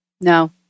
No